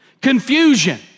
Confusion